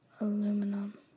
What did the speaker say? Aluminum